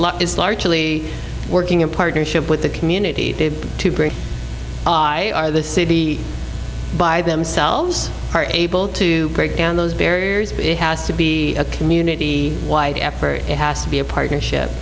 it's largely working in partnership with the community to bring our the city by themselves are able to break down those barriers but it has to be a community wide effort it has to be a partnership